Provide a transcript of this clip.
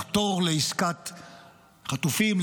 לחתור לעסקת חטופים,